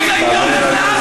אם היית אמיץ, היית הולך לעזה.